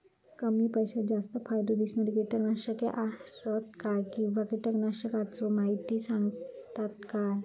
कमी पैशात जास्त फायदो दिणारी किटकनाशके आसत काय किंवा कीटकनाशकाचो माहिती सांगतात काय?